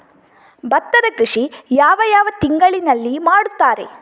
ಭತ್ತದ ಕೃಷಿ ಯಾವ ಯಾವ ತಿಂಗಳಿನಲ್ಲಿ ಮಾಡುತ್ತಾರೆ?